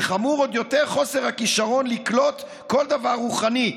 וחמור עוד יותר חוסר הכישרון לקלוט כל דבר רוחני.